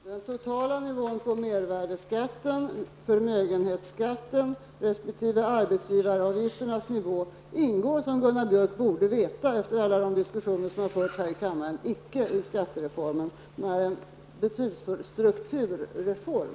Herr talman! Den totala nivån på mervärdeskatten, förmögenhetsskatten resp. arbetsgivaravgifterna ingår, som Gunnar Björk borde veta efter alla de diskussioner som har förts här i kammaren, icke i skattereformen som är en betydelsefull strukturreform.